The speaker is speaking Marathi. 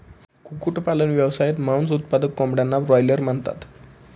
कुक्कुटपालन व्यवसायात, मांस उत्पादक कोंबड्यांना ब्रॉयलर म्हणतात